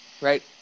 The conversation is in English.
right